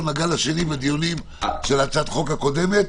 לגל השני בדיונים של הצעת החוק הקודמת,